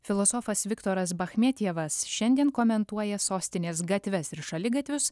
filosofas viktoras bachmetjevas šiandien komentuoja sostinės gatves ir šaligatvius